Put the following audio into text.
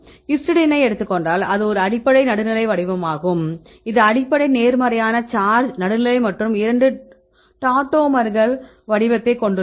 ஹிஸ்டைடினை எடுத்துக் கொண்டால் அது ஒரு அடிப்படை நடுநிலை வடிவமாகும் இது அடிப்படை நேர்மறையான சார்ஜ் நடுநிலை மற்றும் இரண்டு டாடோமர்கள் வடிவத்தைக் கொண்டுள்ளது